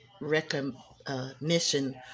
recognition